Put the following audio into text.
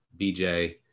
BJ